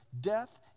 death